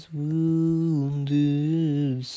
wounded